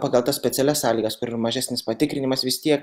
pagal tas specialias sąlygas kur ir mažesnis patikrinimas vis tiek